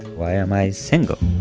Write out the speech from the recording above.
why am i single?